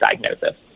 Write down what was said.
diagnosis